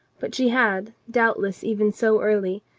but she had, doubtless even so early,